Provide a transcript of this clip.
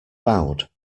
bowed